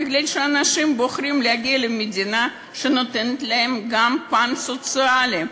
מפני שאנשים בוחרים להגיע למדינה שנותנת להם גם פן סוציאלי,